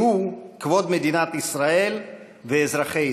שהוא כבוד מדינת ישראל ואזרחי ישראל.